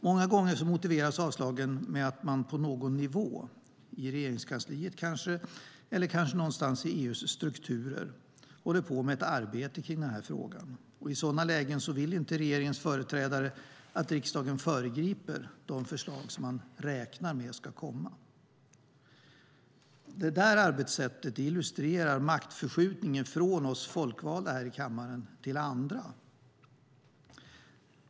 Många gånger motiveras avslagen med att det på någon nivå, i Regeringskansliet eller kanske i EU:s struktur, pågår ett arbete med frågan. I sådana lägen vill inte regeringens företrädare att riksdagen föregriper de förslag som man räknar med ska komma. Det arbetssättet illustrerar maktförskjutningen från oss folkvalda till andra.